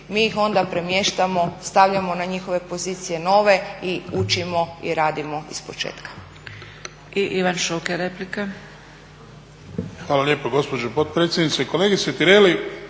Mi ih onda premještamo, stavljamo na njihove pozicije nove i učimo i radimo ispočetka.